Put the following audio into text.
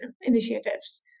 initiatives